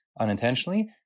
unintentionally